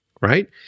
right